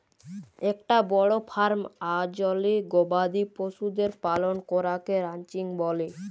একটা বড় ফার্ম আয়জলে গবাদি পশুদের পালন করাকে রানচিং ব্যলে